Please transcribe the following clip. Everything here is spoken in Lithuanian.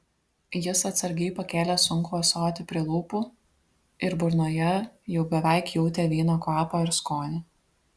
jis atsargiai pakėlė sunkų ąsotį prie lūpų ir burnoje jau beveik jautė vyno kvapą ir skonį